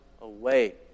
away